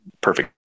perfect